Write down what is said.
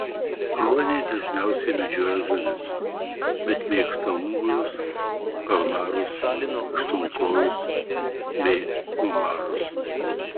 ruoniai dažniausiai medžioja žuvis bet mėgsta ungurius kalmarus aštuonkojus bei omarus